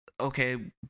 okay